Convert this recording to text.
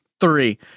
three